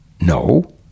No